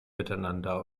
miteinander